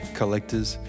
collectors